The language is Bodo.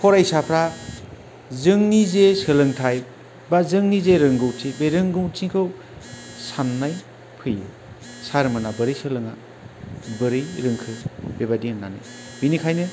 फरायसाफ्रा जोंनि जे सोलोंथाइ बा जोंनि जे रोंगौथि बे रोंगौथिखौ साननाय फैयो सार मोनहा बोरै सोलोङा बोरै रोंखो बेबायदि होननानै बेनिखायनो